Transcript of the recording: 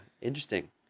interesting